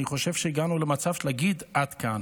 אני חושב שהגענו למצב של להגיד: עד כאן.